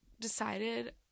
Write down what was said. decided